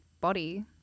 body